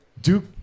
Duke